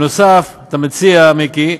נוסף על כך אתה מציע, מיקי,